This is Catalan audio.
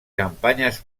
campanyes